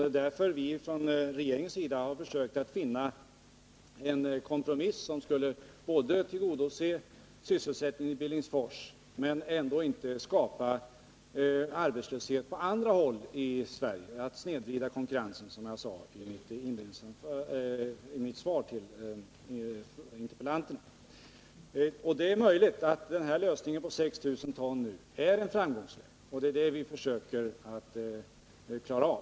Det är därför vi från regeringens sida försökt finna en kompromiss, som skulle tillgodose sysselsättningen i Billingsfors utan att skapa arbetslöshet på andra håll i Sverige och snedvrida konkurrensen, som jag sade i mitt svar till frågeställarna. Det är möjligt att en produktionsvolym på 6 000 ton är en framkomlig väg. Det är det vi försöker att klara av.